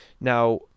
Now